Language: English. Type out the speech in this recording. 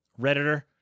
Redditor